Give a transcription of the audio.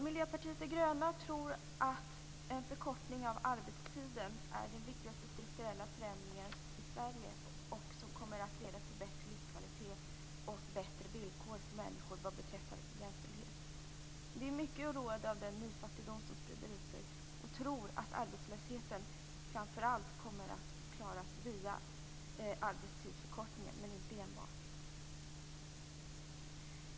Miljöpartiet de gröna tror att en förkortning av arbetstiden är den viktigaste strukturella förändringen i Sverige, som kommer att leda till bättre livskvalitet och bättre villkor för människor vad beträffar jämställdhet. Vi är mycket oroade av den nyfattigdom som sprider sig och tror att arbetslösheten framför allt kommer att klaras via arbetstidsförkortningen, men inte enbart den vägen.